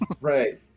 right